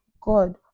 God